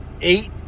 eight